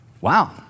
Wow